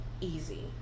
easy